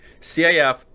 CIF